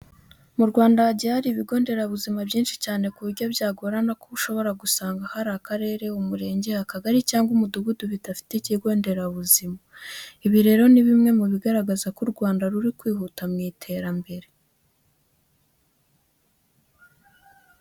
Mu Rwanda hagiye hari ibigo nderabuzima byinshi cyane ku buryo byagorana ko ushobora gusanga hari akarere, umurenge, akagari cyangwa umudugudu bidafite ikigo nderabuzima. Ibi rero ni bimwe mu bigaragaza ko u Rwanda ruri kwihuta mu iterambere.